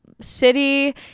city